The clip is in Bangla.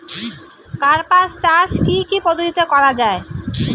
কার্পাস চাষ কী কী পদ্ধতিতে করা য়ায়?